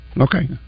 okay